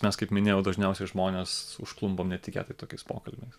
mes kaip minėjau dažniausiai žmones užklumpam netikėtai tokiais pokalbiais